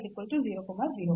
ಇದು 1 ಆಗಿರುತ್ತದೆ